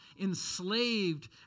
enslaved